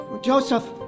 Joseph